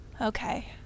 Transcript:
Okay